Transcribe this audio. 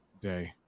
day